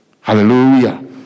Hallelujah